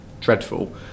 dreadful